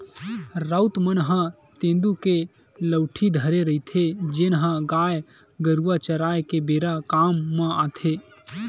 राउत मन ह तेंदू के लउठी धरे रहिथे, जेन ह गाय गरुवा चराए के बेरा काम म आथे